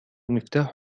مفتاح